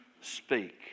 Speak